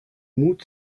mut